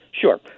Sure